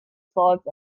slugs